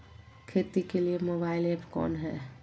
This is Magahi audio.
खेती के लिए मोबाइल ऐप कौन है?